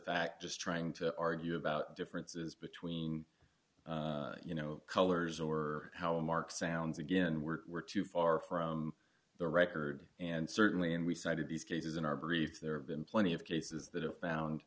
fact just trying to argue about differences between you know colors or how a mark sounds again we're too far from the record and certainly and we've cited these cases in our brief there have been plenty of cases that have